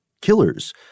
killers